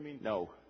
No